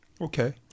Okay